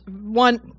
one